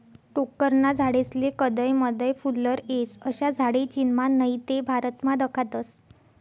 टोक्करना झाडेस्ले कदय मदय फुल्लर येस, अशा झाडे चीनमा नही ते भारतमा दखातस